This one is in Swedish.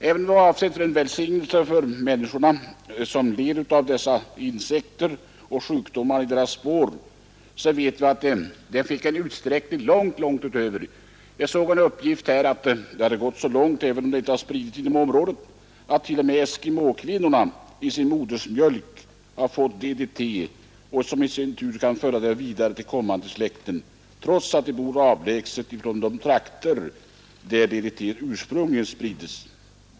Även om medlet var till välsignelse för dem som led av insekterna och de sjukdomar som förorsakades av dessa, vet vi nu att det kom att spridas långt utöver vad som var avsett. Jag har sett en uppgift om att det gått så långt att t.o.m. eskimåkvinnorna har DDT i sin modersmjölk så att giftet sedan sprids till kommande släkten, trots att eskimåerna ju bor långt från de trakter där medlet ursprungligen användes.